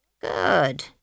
Good